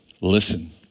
Listen